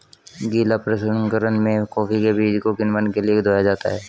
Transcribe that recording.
गीला प्रसंकरण में कॉफी के बीज को किण्वन के लिए धोया जाता है